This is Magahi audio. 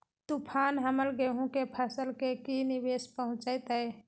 तूफान हमर गेंहू के फसल के की निवेस पहुचैताय?